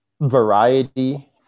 variety